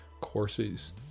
courses